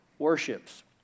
worships